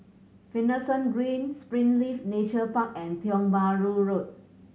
Finlayson Green Springleaf Nature Park and Tiong Bahru Road